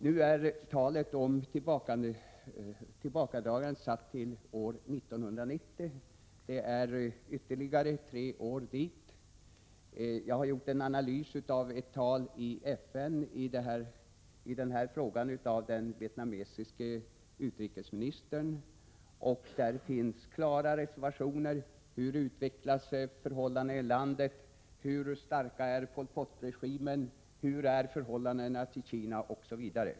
Nu är tidpunkten för tillbakadragandet satt till 1990. Det är ytterligare tre år dit. Jag har gjort en analys av ett tal i FN i den här frågan av den vietnamesiske utrikesministern. Där finns klara reservationer: Hur utvecklar sig förhållandena i landet? Hur stark är Pol Pot-regimen? Hur är förhållandet till Kina? — osv.